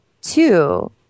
two